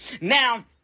Now